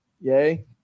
Yay